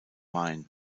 mine